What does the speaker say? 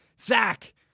Zach